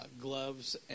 Gloves